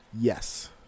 Yes